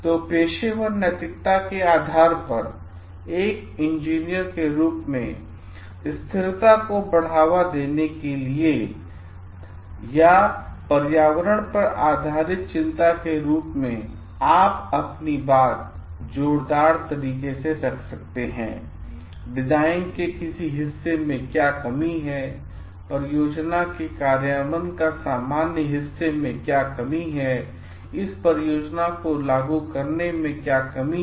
तो पेशेवर नैतिकता के आधार पर एक इंजीनियर के रूप में स्थिरता को बढ़ावा देने के लिए तरह या पर्यावरण पर आधारित चिंता के रूप में आप अपनी बात जोरदार तरीके से रख सकते हैं डिजाइन के हिस्से में क्या कमी है परियोजना के कार्यान्वयन का सामान्य हिस्सा में क्या कमी है इस परियोजना को लागू करने में क्या कमी है